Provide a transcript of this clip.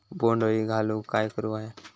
बोंड अळी घालवूक काय करू व्हया?